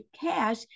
cash